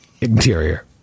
Interior